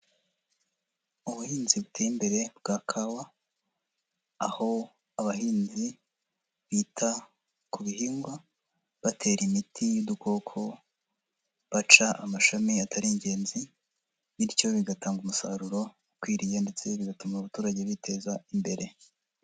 Ubuhinzi buteye imbere bwa kawa, aho abahinzi bita ku bihingwa batera imiti y'udukoko, baca amashami atari ingenzi bityo bigatanga umusaruro ukwiriye ndetse bigatuma abaturage biteza imbere.